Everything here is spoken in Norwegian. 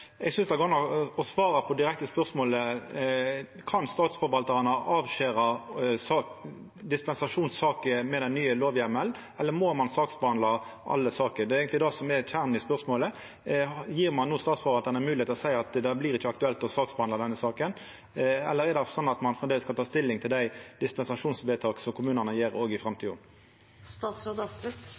eg synest det går an å svara på det direkte spørsmålet: Kan statsforvaltarane avskjera dispensasjonssaker med den nye lovheimelen, eller må ein saksbehandla alle saker? Det er eigentleg det som er kjernen i spørsmålet. Gjev ein no Statsforvaltaren ei moglegheit til å seia at det ikkje blir aktuelt å behandla denne saka, eller er det slik at ein framleis kan ta stilling til dei dispensasjonsvedtaka som kommunane gjer, òg i